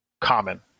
common